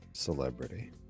celebrity